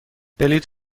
بلیط